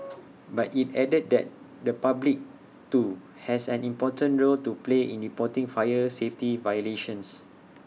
but IT added that the public too has an important role to play in reporting fire safety violations